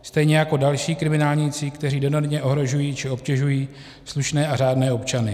Stejně jako další kriminálníci, kteří enormně ohrožují či obtěžují slušné a řádné občany.